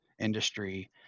industry